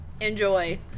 Enjoy